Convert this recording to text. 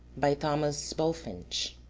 by thomas bulfinch